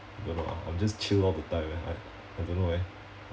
I don't know ah I'm just chill all the time eh I I don't know eh